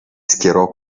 schierò